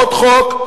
בעוד חוק,